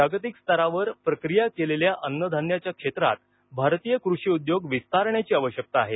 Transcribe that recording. जागतिक स्तरावर प्रक्रिया केलेल्या अन्नधान्याच्या क्षेत्रात भारतीय कृषीउद्योग विस्तारण्याची आवश्यकता आहे